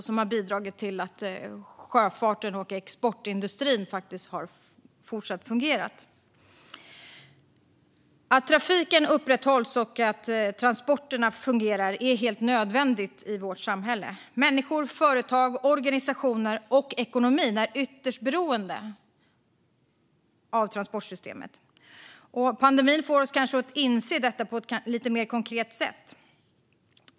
De har bidragit till att sjöfarten och exportindustrin har fortsatt att fungera. Att trafiken upprätthålls och att transporterna fungerar är helt nödvändigt i vårt samhälle. Människor, företag, organisationer och ekonomin är ytterst beroende av transportsystemet. Pandemin får oss kanske att inse detta på ett mer konkret sätt.